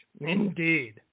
Indeed